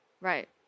right